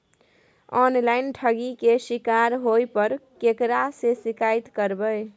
Online ठगी के शिकार होय पर केकरा से शिकायत करबै?